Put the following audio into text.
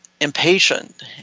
impatient